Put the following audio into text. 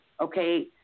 Okay